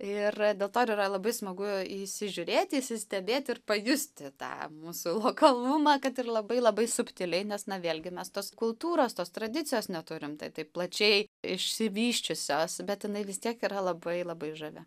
ir dėl to ir yra labai smagu įsižiūrėti įsistebėti ir pajusti tą mūsų lokalumą kad ir labai labai subtiliai nes na vėlgi mes tos kultūros tos tradicijos neturim tai taip plačiai išsivysčiusios bet jinai vis tiek yra labai labai žavi